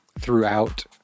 throughout